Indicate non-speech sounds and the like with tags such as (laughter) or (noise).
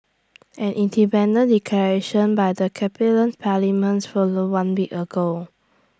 an independence declaration by the (unintelligible) parliaments followed one week ago